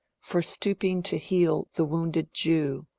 for stooping to heal the wounded jew,